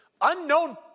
unknown